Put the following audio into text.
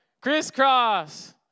crisscross